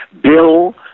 Bill